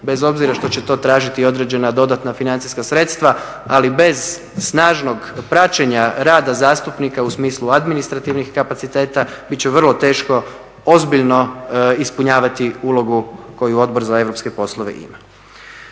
bez obzira što će to tražiti određena dodatna financijska sredstva, ali bez snažnog praćenja rada zastupnika u smislu administrativnih kapaciteta, bit će vrlo teško ozbiljno ispunjavati ulogu koju Odbor za europske poslove ima.